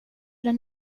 den